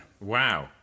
Wow